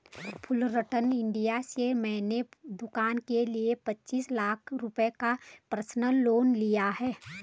Fullerton India से मैंने दूकान के लिए पचीस लाख रुपये का पर्सनल लोन लिया है